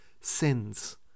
sins